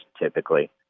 typically